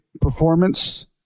performance